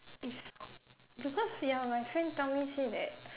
is because ya my friend tell me say that